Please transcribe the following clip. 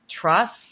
trust